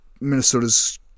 Minnesota's